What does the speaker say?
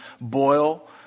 boil